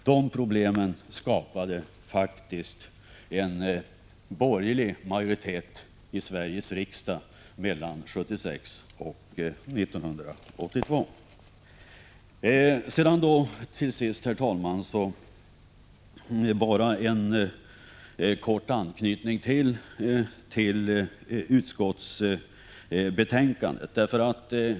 De problemen skapade faktiskt en borgerlig majoritet i Sveriges riksdag mellan 1976 och 1982. Till sist, herr talman, vill jag kort anknyta till utskottets betänkande.